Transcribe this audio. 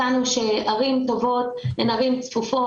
מצאנו שערים טובות הן ערים צפופות,